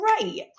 great